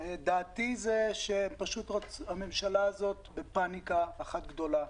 לדעתי פשוט הממשלה הזאת בפניקה אחת גדולה.